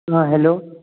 हाँ हेलो